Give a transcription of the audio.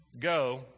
Go